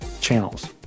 channels